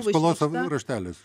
skolos raštelis